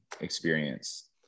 experience